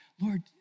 Lord